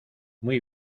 muy